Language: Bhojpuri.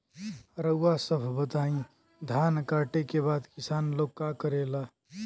रउआ सभ बताई धान कांटेके बाद किसान लोग का करेला?